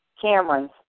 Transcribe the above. Cameron's